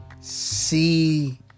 see